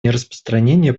нераспространения